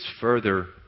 further